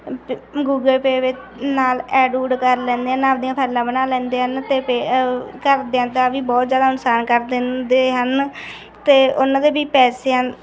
Google pay ਵਿਚ ਨਾਲ add ਊਡ ਕਰ ਲੈਂਦੇ ਹਨ ਨਾਲ ਦੀਆਂ ਫ਼ੈਲਾਂ ਬਣਾ ਲੈਂਦੇ ਹਨ ਅਤੇ ਫਿਰ ਘਰਦਿਆਂ ਦਾ ਵੀ ਬਹੁਤ ਜ਼ਿਆਦਾ ਨੁਕਸਾਨ ਕਰ ਦਿੰਦੇ ਹਨ ਅਤੇ ਉਹਨਾਂ ਦੇ ਵੀ ਪੈਸਿਆਂ